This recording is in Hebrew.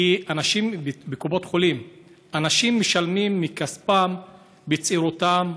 כי אנשים משלמים לקופות חולים מכספם בצעירותם,